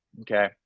Okay